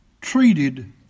treated